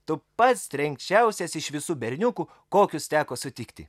tu pats trenkčiausias iš visų berniukų kokius teko sutikti